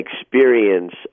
experience